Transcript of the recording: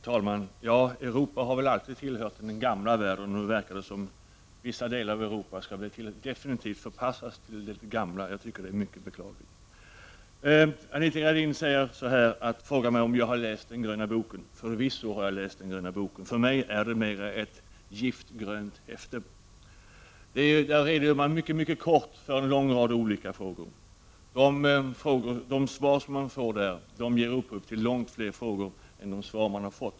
Herr talman! Ja, Europa har väl alltid tillhört den gamla världen. Nu verkar det som om vissa delar av Europa definitivt skall förpassas till det gamla. Det är mycket beklagligt. Anita Gradin frågade mig om jag hade läst den gröna boken. Förvisso har — Prot. 1989/90:23 jag gjort det. För mig är det mera ett giftgrönt häfte. I det redogörs mycket 10 november 1989 kortfattat för en lång rad frågor. De svar man får ger upphov till långt fler. 7 frågor än de svar man får.